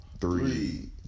Three